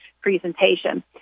presentation